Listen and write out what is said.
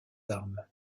armes